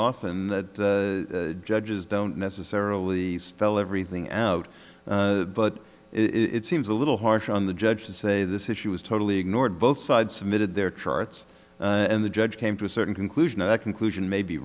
often that judges don't necessarily spell everything out but it seems a little harsh on the judge to say this issue was totally ignored both sides submitted their charts and the judge came to a certain conclusion conclusion may be